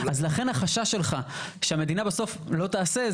אז לכן החשש שלך שהמדינה בסוף לא תעשה,